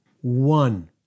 One